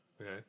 Okay